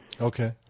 Okay